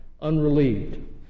unrelieved